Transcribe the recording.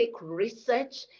research